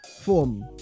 form